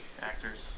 actors